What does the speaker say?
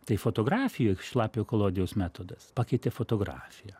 tai fotografijoj šlapiojo kolodijaus metodas pakeitė fotografiją